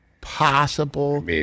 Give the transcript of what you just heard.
possible